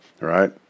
Right